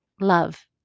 love